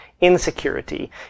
insecurity